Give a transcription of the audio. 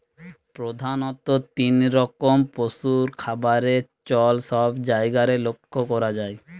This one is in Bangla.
প্রধাণত তিন রকম পশুর খাবারের চল সব জায়গারে লক্ষ করা যায়